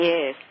Yes